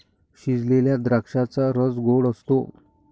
शिजवलेल्या द्राक्षांचा रस गोड असतो